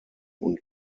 und